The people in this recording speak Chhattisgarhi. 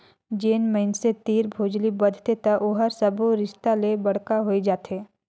जेन मइनसे तीर भोजली बदथे त ओहर सब्बो रिस्ता ले बड़का होए जाथे